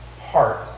heart